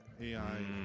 AI